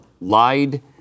lied